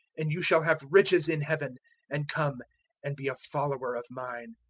and you shall have riches in heaven and come and be a follower of mine.